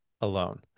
alone